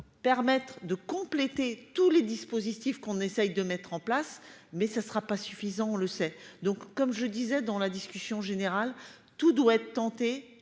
permettre de compléter tous les dispositifs qu'on essaye de mettre en place mais ce ne sera pas suffisant, on le sait, donc comme je disais dans la discussion générale, tout doit être tenté.